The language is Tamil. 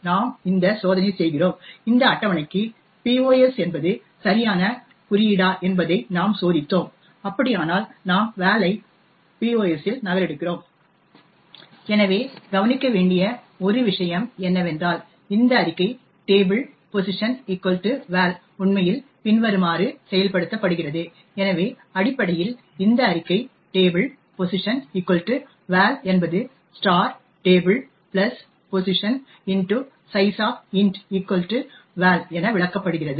நாம் இந்த சோதனை செய்கிறோம் இந்த அட்டவணைக்கு pos என்பது சரியான குறியீடா என்பதை நாம் சோதித்தோம் அப்படியானால் மட்டுமே நாம் val ஐ pos இல் நகலெடுக்கிறோம் எனவே கவனிக்க வேண்டிய ஒரு விஷயம் என்னவென்றால் இந்த அறிக்கை table pos val உண்மையில் பின்வருமாறு செயல்படுத்தப்படுகிறது எனவே அடிப்படையில் இந்த அறிக்கை tablepos val என்பது table pos sizeof val என விளக்கப்படுகிறது